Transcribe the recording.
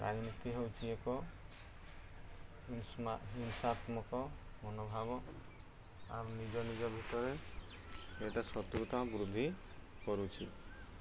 ରାଜନୀତି ହଉଚି ଏକ ହିଂସାତ୍ମକ ମନୋଭାବ ଆଉ ନିଜ ନିଜ ଭିତରେ ଏଇଟା ଶତ୍ରୁତା ବୃଦ୍ଧି କରୁଛି